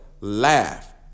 laugh